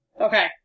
Okay